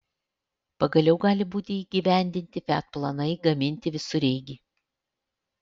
pagaliau gali būti įgyvendinti fiat planai gaminti visureigį